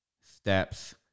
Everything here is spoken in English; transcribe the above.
steps